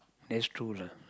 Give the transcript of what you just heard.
that's true lah